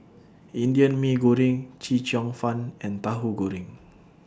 Indian Mee Goreng Chee Cheong Fun and Tahu Goreng